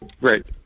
Right